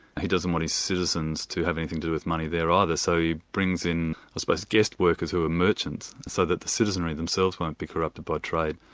he doesn't want his citizens to have anything to do with money there ah either, so he brings in i suppose guest workers who are merchants, so that the citizenry themselves won't be corrupted by trade.